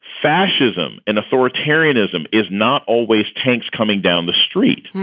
fascism and authoritarianism is not always tanks coming down the street.